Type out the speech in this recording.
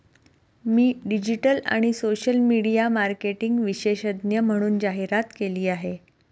मी digital आणि social media marketing विशेषज्ञ म्हणून जाहिरात केली आहे